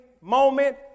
moment